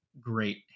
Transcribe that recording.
great